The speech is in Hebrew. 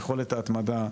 יכולת ההתמדה,